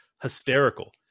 hysterical